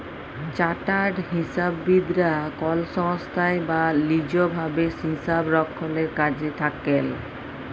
chartered হিসাববিদ রা কল সংস্থায় বা লিজ ভাবে হিসাবরক্ষলের কাজে থাক্যেল